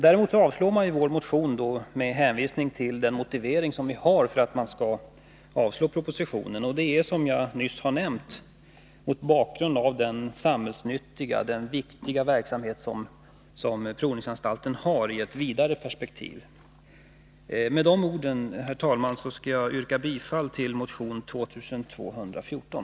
Däremot avstyrker utskottet vår motion med hänvisning till den motivering som vi har för att avslå propositionen. Som jag nyss nämnde är det mot bakgrund av den samhällsnyttiga, viktiga verksamhet som provningsanstalten har i ett vidare perspektiv, som vi gör det. Med dessa ord, herr talman, yrkar jag bifall till motion 2214.